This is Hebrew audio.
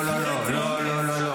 לא, לא, לא.